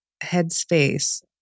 headspace